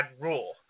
rule